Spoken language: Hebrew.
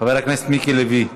חבר הכנסת מיקי לוי,